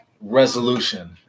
resolution